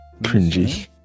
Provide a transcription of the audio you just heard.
Cringy